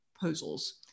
proposals